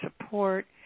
support